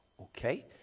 Okay